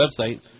website